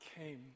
came